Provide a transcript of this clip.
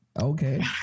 okay